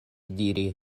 diri